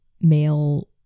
male